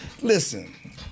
Listen